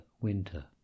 winter